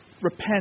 Repent